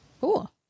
Cool